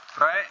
Right